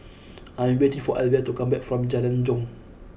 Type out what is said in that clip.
I am waiting for Alvia to come back from Jalan Jong